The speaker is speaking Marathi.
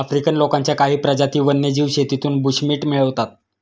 आफ्रिकन लोकांच्या काही प्रजाती वन्यजीव शेतीतून बुशमीट मिळवतात